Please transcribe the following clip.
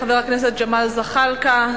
חבר הכנסת ג'מאל זחאלקה.